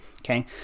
Okay